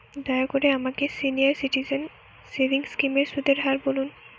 দয়া করে আমাকে সিনিয়র সিটিজেন সেভিংস স্কিমের সুদের হার বলুন